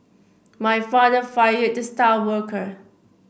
my father fired the star worker